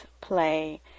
play